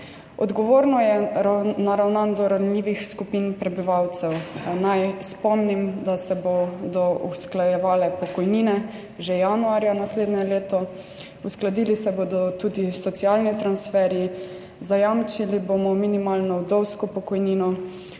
Odgovorno je naravnan do ranljivih skupin prebivalcev. Naj spomnim, da se bodo usklajevale pokojnine že januarja naslednje leto, uskladili se bodo tudi socialni transferji. Zajamčili bomo minimalno vdovsko pokojnino.